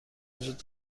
وجود